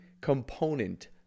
component